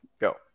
go